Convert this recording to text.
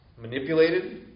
manipulated